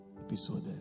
episode